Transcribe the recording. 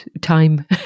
time